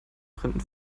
fremden